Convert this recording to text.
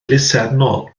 elusennol